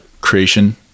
creation